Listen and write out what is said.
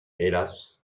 hélas